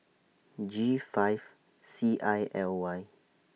G five C I L Y